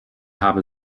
habe